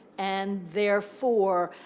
and therefore,